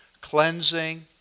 cleansing